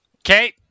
okay